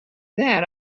that